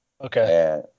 Okay